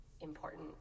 important